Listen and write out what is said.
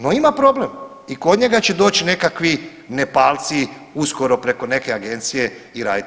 No, ima problem i kod njega će doći nekakvi Nepalci uskoro preko neke agencije i raditi.